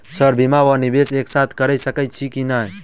Sir बीमा आ निवेश एक साथ करऽ सकै छी की न ई?